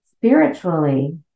Spiritually